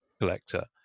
collector